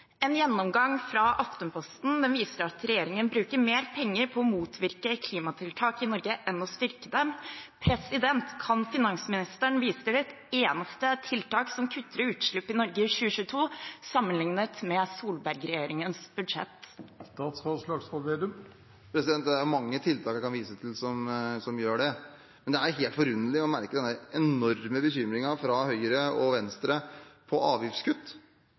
En gjennomgang av Aftenposten viser at regjeringen bruker mer penger på å motvirke klimatiltak i Norge enn å styrke dem. Kan finansministeren vise til et eneste tiltak som kutter utslipp i Norge i 2022, sammenlignet med Solberg-regjeringens budsjett? Det er mange tiltak jeg kan vise til som gjør det, men det er helt forunderlig å merke den enorme bekymringen fra Høyre og Venstre for avgiftskutt.